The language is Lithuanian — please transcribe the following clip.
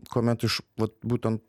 kuomet iš vat būtent